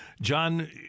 John